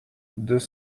deux